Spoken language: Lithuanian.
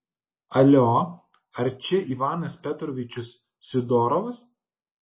alio ar čia ivanas petrovičius sidorovas